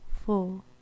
four